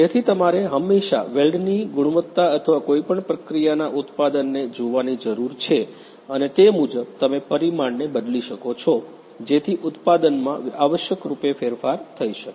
તેથી તમારે હંમેશાં વેલ્ડની ગુણવત્તા અથવા કોઈપણ પ્રક્રિયાના ઉત્પાદનને જોવાની જરૂર છે અને તે મુજબ તમે પરિમાણને બદલી શકો છો જેથી ઉત્પાદનમાં આવશ્યક રૂપે ફેરફાર થઇ શકે